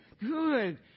good